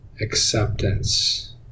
acceptance